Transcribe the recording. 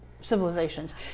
civilizations